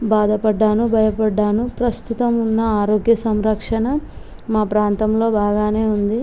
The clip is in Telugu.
బాధ పడ్డాను భయ పడ్డాను ప్రస్తుతం ఉన్న ఆరోగ్య సంరక్షణ మా ప్రాంతంలో బాగానే ఉంది